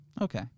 Okay